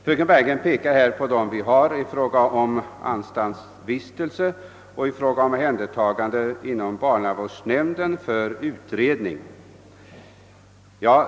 Fröken Bergegren pekar på dem vi har i form av anstaltsvistelse och omhändertagande inom barnavårdsnämnden för utredning.